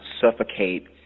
suffocate